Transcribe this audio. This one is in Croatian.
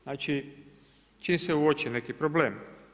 Znači, čim se uoči neki problem.